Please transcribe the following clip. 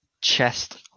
chest